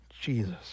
Jesus